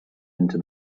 into